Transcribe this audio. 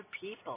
people